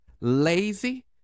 lazy